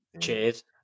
Cheers